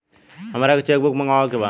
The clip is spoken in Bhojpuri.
हमारा के चेक बुक मगावे के बा?